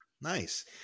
Nice